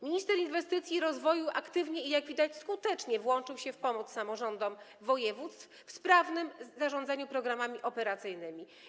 Minister inwestycji i rozwoju aktywnie i, jak widać, skutecznie włączył się w pomoc samorządom województw w sprawnym zarządzaniu programami operacyjnymi.